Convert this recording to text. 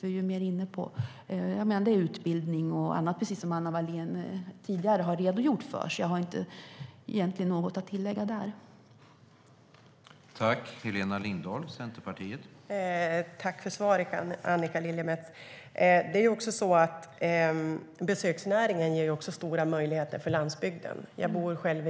Vi är mer inne på utbildning och annat, precis som Anna Wallén redogjorde för tidigare. Jag har inte något att tillägga där egentligen.